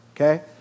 okay